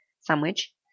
sandwich